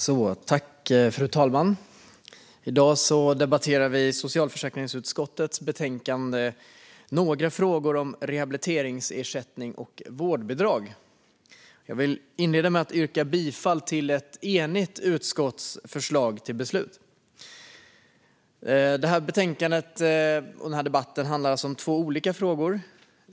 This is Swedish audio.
Några frågor om rehabiliteringsersätt-ning och vårdbidrag Fru talman! I dag debatterar vi socialförsäkringsutskottets betänkande Några frågor om rehabiliteringsersättning och vårdbidrag. Jag vill inleda med att yrka bifall till ett enigt utskotts förslag till beslut. Detta betänkande och denna debatt handlar alltså om två olika frågor.